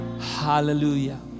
Hallelujah